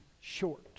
short